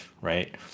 right